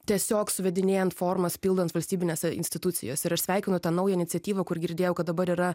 tiesiog suvedinėjant formas pildant valstybinėse institucijose ir aš sveikinu tą naują iniciatyvą kur girdėjau kad dabar yra